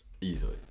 Easily